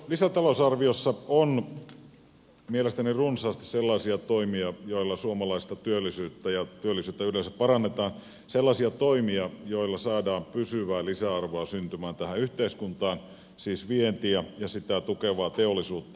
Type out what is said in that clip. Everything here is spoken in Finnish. lisätalousarviossa on mielestäni runsaasti sellaisia toimia joilla suomalaista työllisyyttä ja työllisyyttä yleensä parannetaan sellaisia toimia joilla saadaan pysyvää lisäarvoa syntymään tähän yhteiskuntaan siis vientiä ja sitä tukevaa teollisuutta